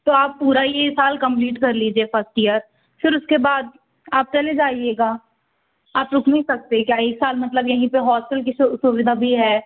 तो आप पूरा ये साल कंप्लीट कर लीजिए फ़र्स्ट ईयर फिर उसके बाद आप चले जाइएगा आप रुक नहीं सकते क्या इस साल मतलब यहीं पर हॉस्टल सुविधा भी है